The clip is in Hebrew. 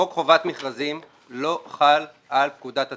חוק חובת מכרזים לא חל על פקודת התעבורה,